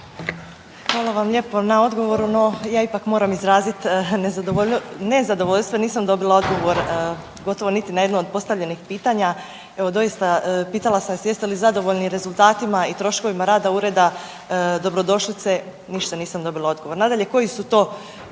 Hvala vam lijepo na odgovoru, no ja ipak moram izrazit nezadovoljstvo, nisam dobila odgovor gotovo niti na jedno od postavljenih pitanja. Evo doista, pitala sam vas jeste li zadovoljni rezultatima i troškovima rada ureda dobrodošlice, ništa nisam dobila odgovor. Nadalje, koji su to